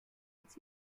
als